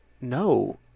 no